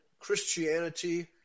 Christianity